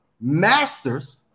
masters